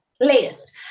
latest